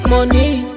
Money